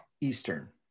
Eastern